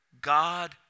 God